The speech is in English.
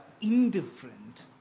indifferent